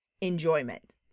enjoyment